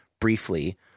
Briefly